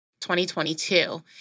2022